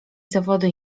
zawody